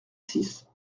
six